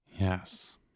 Yes